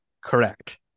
Correct